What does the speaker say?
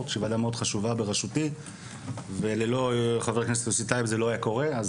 שהיא ועדה מאוד חשובה בראשותי ובלי חבר הכנסת יוסי טייב זה לא היה קורה.